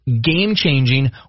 game-changing